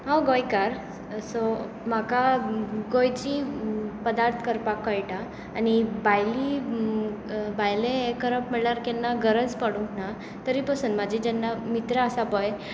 हांव गोंयकार सो म्हाका गोंयची पदार्थ करपाक कळटा आनी भायली भायले हें करप म्हटल्यार केन्ना गरज पडूंक ना तरी पासून म्हजे जेन्ना मित्र आसा पळय